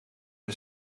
een